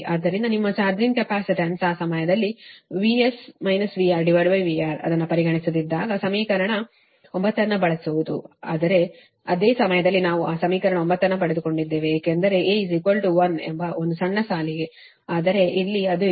ಆದ್ದರಿಂದ ನಿಮ್ಮ charging capacitance ಆ ಸಮಯದಲ್ಲಿ VS VRVR ಅನ್ನು ಪರಿಗಣಿಸದಿದ್ದಾಗ ಸಮೀಕರಣ 9 ಅನ್ನು ಬಳಸುವುದು ಆದರೆ ಅದೇ ಸಮಯದಲ್ಲಿ ನಾವು ಆ ಸಮೀಕರಣ 9 ಅನ್ನು ಪಡೆದುಕೊಂಡಿದ್ದೇವೆ ಏಕೆಂದರೆ A 1 ಎಂಬ ಸಣ್ಣ ಸಾಲಿಗೆ ಆದರೆ ಇಲ್ಲಿ ಅದು ಇಲ್ಲ